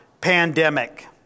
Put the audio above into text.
pandemic